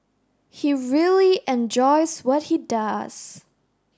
he really enjoys what he does